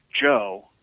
Joe